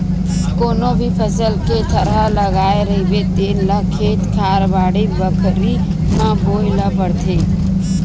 कोनो भी फसल के थरहा लगाए रहिबे तेन ल खेत खार, बाड़ी बखरी म बोए ल परथे